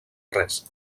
res